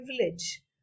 privilege